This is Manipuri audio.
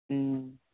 ꯎꯝ